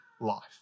life